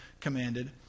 commanded